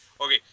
Okay